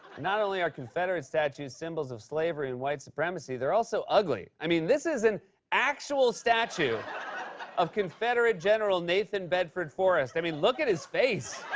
not only are confederate statues symbols of slavery and white supremacy, they're also ugly. i mean, this is an actual statue of confederate general nathan bedford forrest. i mean, look at his face!